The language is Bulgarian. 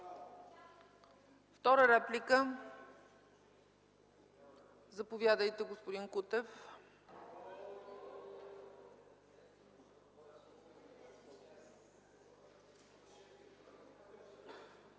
Втора реплика? Заповядайте, господин Кутев.